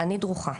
אני דרוכה,